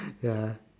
ya